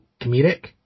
comedic